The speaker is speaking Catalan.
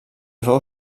féu